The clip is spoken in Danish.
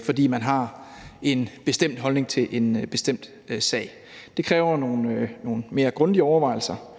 fordi man har en bestemt holdning til en bestemt sag. Det kræver nogle mere grundige overvejelser,